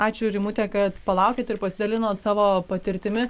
ačiū rimute kad palaukėt ir pasidalinot savo patirtimi